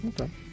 Okay